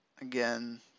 again